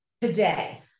today